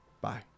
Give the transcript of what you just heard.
Bye